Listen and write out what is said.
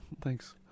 Thanks